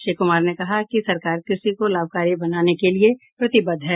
श्री कुमार ने कहा कि सरकार कृषि को लाभकारी बनाने के लिये प्रतिबद्ध है